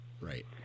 Right